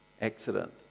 accident